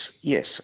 yes